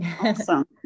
awesome